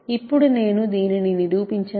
ఇప్పుడు నేను దీనిని నిరూపించను